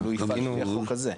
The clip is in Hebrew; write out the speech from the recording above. אבל הוא פועל לפי החוק הזה.